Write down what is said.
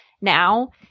now